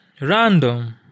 random